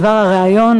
בדבר הריאיון,